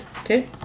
Okay